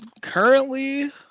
currently